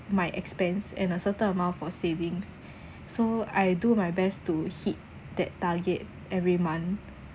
my expense and certain amount for savings so I do my best to hit that target every month